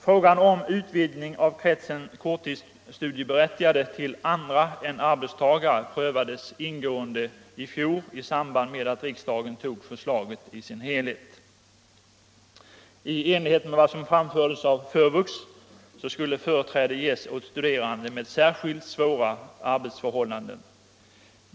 Frågan om en utvidgning av kretsen korttidsstudiestödsberättigade till andra än arbetstagare prövades ingående i fjol i samband med att riksdagen tog förslaget i dess helhet. I enlighet med vad som framfördes av FÖVUX skulle företräde ges åt studerande med särskilt svåra arbetsförhållanden.